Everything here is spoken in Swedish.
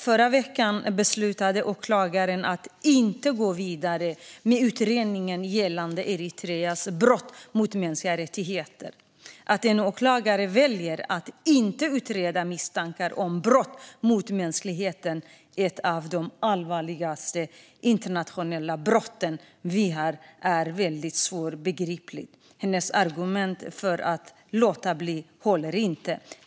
Förra veckan beslutade åklagaren att inte gå vidare med utredningen gällande Eritreas brott mot mänskliga rättigheter. Att en åklagare väljer att inte utreda misstankar om brott mot mänskligheten, ett av de allvarligaste internationella brotten, är svårbegripligt. Hennes argument för att låta bli håller inte.